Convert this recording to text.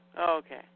Okay